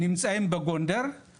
נמצאים בגונדר,